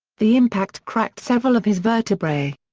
the impact cracked several of his vertebrae.